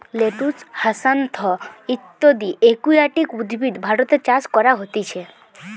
lettuce, hyacinth ইত্যদি aquatic উদ্ভিদ ভারতে চাষ করা হতিছে